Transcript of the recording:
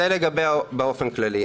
זה באופן כללי.